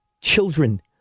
children